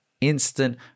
instant